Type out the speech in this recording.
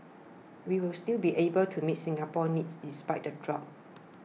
we will still be able to meet Singapore's needs despite the drop